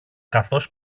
καθώς